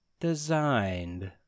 designed